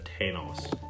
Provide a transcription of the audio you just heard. Thanos